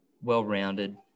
well-rounded